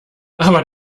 aber